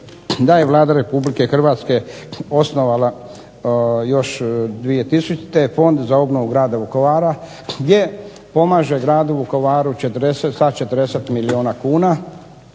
da je Vlada Republike Hrvatske osnovala još 2000. Fond za obnovu grada Vukovara, gdje pomaže gradu Vukovaru sa 40 milijuna kuna,